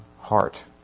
heart